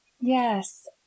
Yes